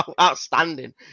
outstanding